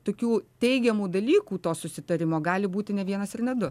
tokių teigiamų dalykų to susitarimo gali būti ne vienas ir ne du